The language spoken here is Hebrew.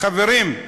חברים,